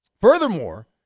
Furthermore